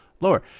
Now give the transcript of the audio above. lower